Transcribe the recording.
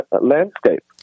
landscape